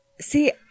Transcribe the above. see